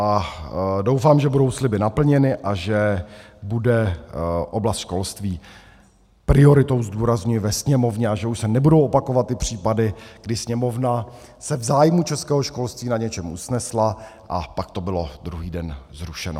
A doufám, že budou sliby naplněny a že bude oblast školství prioritou, zdůrazňuji ve Sněmovně, a že už se nebudou opakovat ty případy, kdy Sněmovna se v zájmu českého školství na něčem usnesla a pak to bylo druhý den zrušeno.